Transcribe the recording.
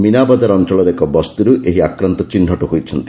ମୀନାବଜାର ଅଞ୍ଚଳର ଏକ ବସ୍ତିରୁ ଏହି ଆକ୍ରାନ୍ତ ଚିହ୍ବଟ ହୋଇଛନ୍ତି